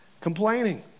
Complaining